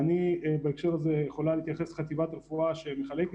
הפרופסור מרין אומר שמדובר בהפסד הכנסות של עשרות מיליוני שקלים.